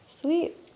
Sweet